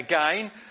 again